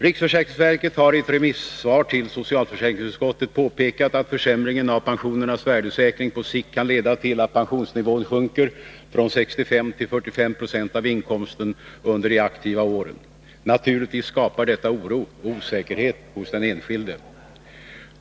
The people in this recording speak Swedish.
Riksförsäkringsverket har i ett remissvar till socialförsäkringsutskottet påpekat att försämringen av pensionernas värdesäkring på sikt kan leda till att pensionsnivån sjunker från 65 till 45 70 av inkomsten under de aktiva åren. Naturligtvis skapar detta oro och osäkerhet hos den enskilde.